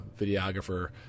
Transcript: videographer